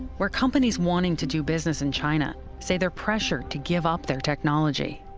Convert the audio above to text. where companies wanting to do business in china say they're pressured to give up their technology.